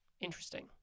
Interesting